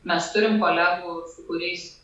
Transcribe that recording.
mes turim kolegų su kuriais